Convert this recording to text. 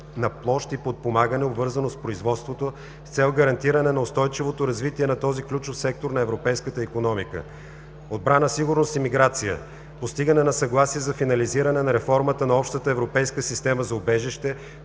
на площ и подпомагане, обвързано с производството с цел гарантиране на устойчивото развитие на този ключов сектор на европейската икономика. 2.2. Отбрана, сигурност и миграция - постигане на съгласие за финализиране на реформата на Общата европейска система за убежище,